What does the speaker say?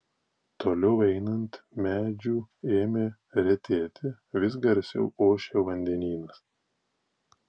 toliau einant medžių ėmė retėti vis garsiau ošė vandenynas